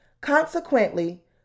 Consequently